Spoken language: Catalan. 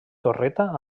torreta